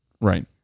Right